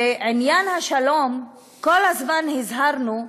בעניין השלום, כל הזמן הזהרנו שנתניהו,